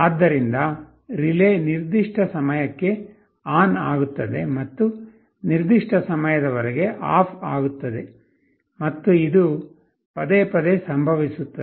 ಆದ್ದರಿಂದ ರಿಲೇ ನಿರ್ದಿಷ್ಟ ಸಮಯಕ್ಕೆ ಆನ್ ಆಗುತ್ತದೆ ಮತ್ತು ನಿರ್ದಿಷ್ಟ ಸಮಯದವರೆಗೆ ಆಫ್ ಆಗುತ್ತದೆ ಮತ್ತು ಇದು ಪದೇ ಪದೇ ಸಂಭವಿಸುತ್ತದೆ